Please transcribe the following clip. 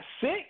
sick